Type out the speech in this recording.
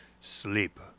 Sleep